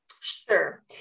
Sure